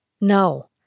No